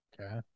Okay